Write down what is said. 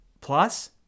Plus